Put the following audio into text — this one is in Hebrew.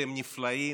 אתם נפלאים,